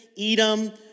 Edom